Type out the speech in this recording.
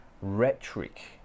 rhetoric